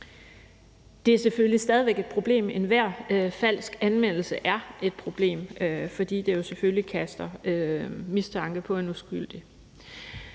Det er selvfølgelig stadig væk et problem; enhver falsk anmeldelse er et problem, fordi det selvfølgelig kaster mistanke på en uskyldig.